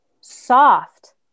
soft